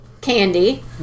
Candy